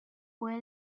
fue